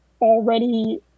already